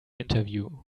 interview